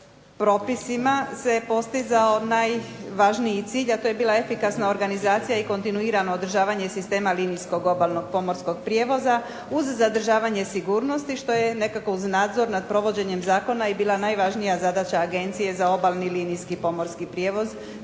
propisima se postizao najvažniji cilj, a to je bila efikasna organizacija i kontinuirano održavanje sistema linijskog obalnog pomorskog prijevoza uz zadržavanje sigurnosti što je nekako uz nadzor nad provođenjem zakona i bila najvažnija Agencije za obalni linijski pomorski prijevoz